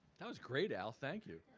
that was great, al, thank you.